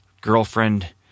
girlfriend